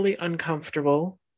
uncomfortable